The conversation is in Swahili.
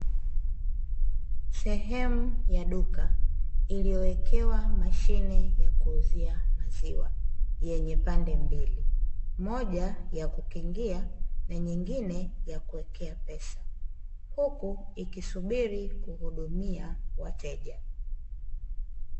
Sehemu ya duka iliyowekewa mashine ya kuuzia maziwa, yenye pande mbili. Moja ya kukingia na nyingine ya kuwekea pesa, huku ikisubiri kuhudumia wateja.